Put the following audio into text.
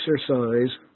exercise